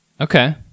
Okay